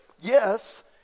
yes